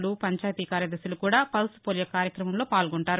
లు పంచాయతీ కార్యదర్శులు కూడా పల్స్ పోలియో కార్యక్రమంలో పాల్గొంటారు